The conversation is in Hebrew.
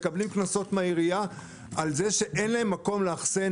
מקבלים קנסות מהעירייה על זה שאין להם מקום לאחסן